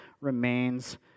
remains